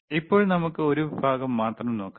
ഇപ്പോൾ നമുക്ക് ഒരു വിഭാഗം മാത്രം നോക്കാം